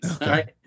right